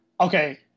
Okay